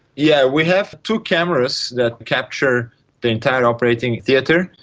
yeah we have two cameras that capture the entire operating theatre.